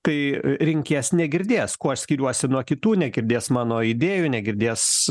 tai rinkėjas negirdės kuo aš skiriuosi nuo kitų negirdės mano idėjų negirdės